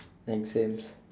mentioned